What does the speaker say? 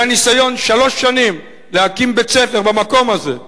היה ניסיון שלוש שנים להקים בית-ספר במקום הזה,